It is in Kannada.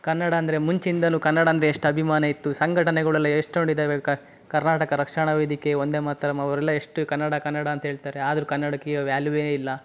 ಕನ್ನಡ ಅಂದರೆ ಮುಂಚಿನಿಂದಲೂ ಕನ್ನಡ ಅಂದರೆ ಎಷ್ಟು ಅಭಿಮಾನ ಇತ್ತು ಸಂಘಟನೆಗಳೆಲ್ಲ ಎಷ್ಟು ನೋಡಿದ್ದೇವೆ ಕರ್ನಾಟಕ ರಕ್ಷಣಾ ವೇದಿಕೆ ವಂದೇ ಮಾತರಂ ಅವರೆಲ್ಲ ಎಷ್ಟು ಕನ್ನಡ ಕನ್ನಡ ಅಂತ ಹೇಳ್ತಾರೆ ಆದರೂ ಕನ್ನಡಕ್ಕೆ ಈಗ ವ್ಯಾಲ್ಯುವೇ ಇಲ್ಲ